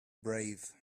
brave